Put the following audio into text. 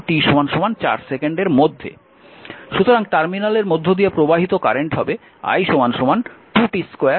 সুতরাং টার্মিনালের মধ্য দিয়ে প্রবাহিত কারেন্ট হবে i 2t2 t অ্যাম্পিয়ার